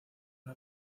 una